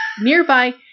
Nearby